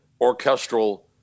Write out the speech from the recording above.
orchestral